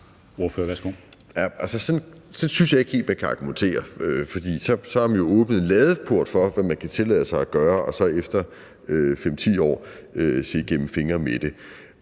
synes jeg ikke helt man kan argumentere, for så har man jo åbnet en ladeport for, hvad man kan tillade sig at gøre, og som der så efter 5-10 år bliver set gennem fingre med.